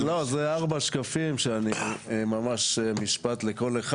כן, זה ארבעה שקפים שאני ממש משפט לכל אחד.